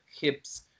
hips